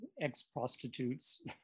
ex-prostitutes